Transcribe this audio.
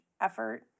effort